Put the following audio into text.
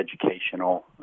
educational